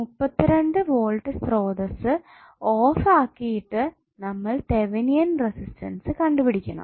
32 volt സ്രോതസ്സ് off ആക്കിയിട്ടു നമ്മൾ തെവെനിൻ റെസിസ്റ്റൻസ് കണ്ടുപിടിക്കണം